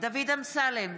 דוד אמסלם,